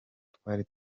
twari